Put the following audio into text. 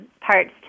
parts